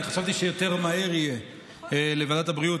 אני חשבתי שיותר מהר יהיה לוועדת הבריאות